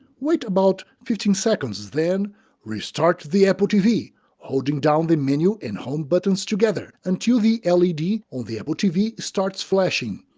wait about fifteen seconds, then restart the apple tv holding down the menu and home buttons together and until the l e d. on the apple tv starts flashing.